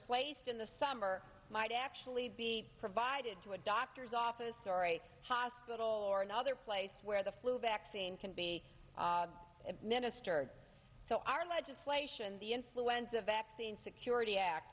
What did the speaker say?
placed in the summer might actually be provided to a doctor's office or a hospital or another place where the flu vaccine can be administered so our legislation the influenza vaccine security act